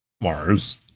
mars